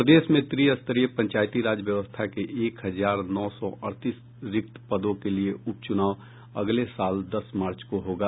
प्रदेश में त्रिस्तरीय पंचायती राज व्यवस्था के एक हजार नौ सौ अड़तीस रिक्त पदों के लिए उप चुनाव अगले साल दस मार्च को होगा